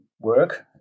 work